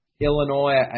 Illinois